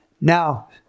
Now